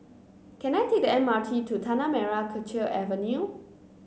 can I take the M R T to Tanah Merah Kechil Avenue